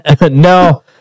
No